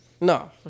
No